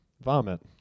vomit